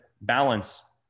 balance